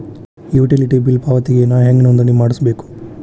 Utility bill ಪಾವತಿಗೆ ನಾ ಹೆಂಗ್ ನೋಂದಣಿ ಮಾಡ್ಸಬೇಕು?